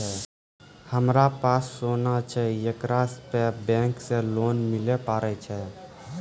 हमारा पास सोना छै येकरा पे बैंक से लोन मिले पारे छै?